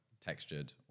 Textured